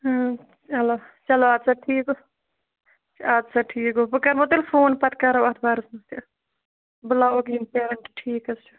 چلو چلو اَدٕ سا ٹھیٖک گوٚو اَدٕ سا ٹھیٖک گوٚو بہٕ کَرہو تیٚلہِ فون پَتہٕ کرو اَتھ بارَس مَنٛز کتھ بُلاوہوکھ یِم پیرَنٛٹہٕ ٹھیٖک حظ چھُ